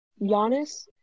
Giannis